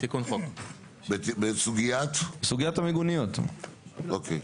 אוקיי.